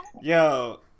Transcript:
Yo